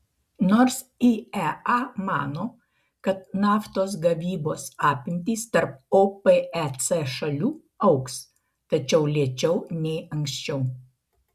nors iea mano kad naftos gavybos apimtys tarp opec šalių augs tačiau lėčiau nei anksčiau